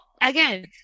again